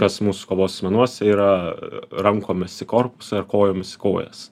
kas mūsų kovos menuose yra rankomis į korpusą ir kojomis į kojas